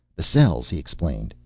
the cells, he explained,